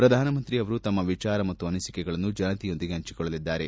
ಪ್ರಧಾನಮಂತ್ರಿಯವರು ತಮ್ಮ ವಿಚಾರ ಮತ್ತು ಅನಿಸಿಕೆಗಳನ್ನು ಜನತೆಯೊಂದಿಗೆ ಹಂಚಿಕೊಳ್ಳಲಿದ್ದಾರೆ